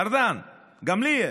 ארדן, גמליאל,